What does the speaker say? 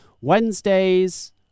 Wednesdays